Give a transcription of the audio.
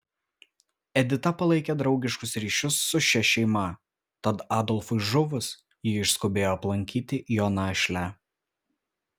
edita palaikė draugiškus ryšius su šia šeima tad adolfui žuvus ji išskubėjo aplankyti jo našlę